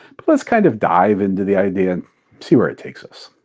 but let's kind of dive into the idea and see where it takes us.